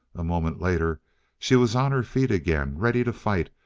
a moment later she was on her feet again, ready to fight,